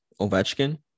Ovechkin